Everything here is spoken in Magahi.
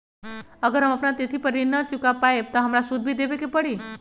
अगर हम अपना तिथि पर ऋण न चुका पायेबे त हमरा सूद भी देबे के परि?